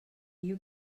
you